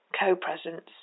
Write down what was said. co-presence